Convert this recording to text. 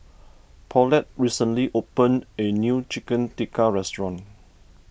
Paulette recently opened a new Chicken Tikka restaurant